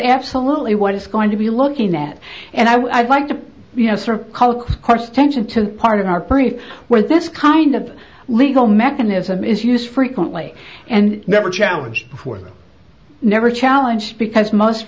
absolutely what it's going to be looking at and i'd like to you know sort of course attention to part of our period where this kind of legal mechanism is use frequently and never challenged before never challenged because most